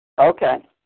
Okay